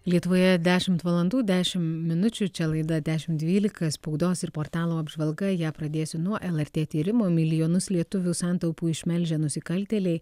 lietuvoje dešimt valandų dešimt minučių čia laida dešimt dvylika spaudos ir portalų apžvalga ją pradėsiu nuo lrt tyrimo milijonus lietuvių santaupų išmelžę nusikaltėliai